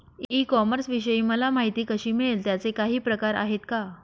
E कॉमर्सविषयी मला माहिती कशी मिळेल? त्याचे काही प्रकार आहेत का?